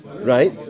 right